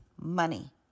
money